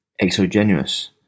exogenous